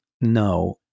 No